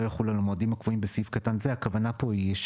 לא יחולו על המועדים הקבועים בסעיף קטן זה." הכוונה פה היא,